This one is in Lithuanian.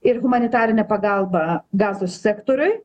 ir humanitarinę pagalbą gazos sektoriuj